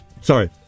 Sorry